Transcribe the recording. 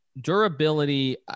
Durability